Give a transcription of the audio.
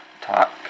talk